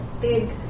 big